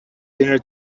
dinner